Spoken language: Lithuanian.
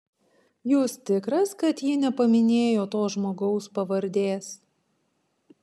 jūs tikras kad ji nepaminėjo to žmogaus pavardės